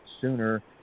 sooner